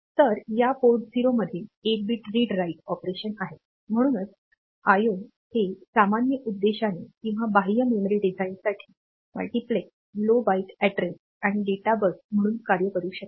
तर या पोर्ट 0 मध्ये 8 बिट रीड राइट ऑपरेशन आहेत म्हणूनच IO हे सामान्य उद्देशाने किंवा बाह्य मेमरी डिझाइनसाठी मल्टिप्लेक्स लो बाइट अॅड्रेस आणि डेटा बस म्हणून कार्य करू शकते